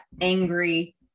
angry